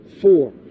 four